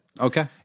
okay